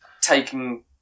taking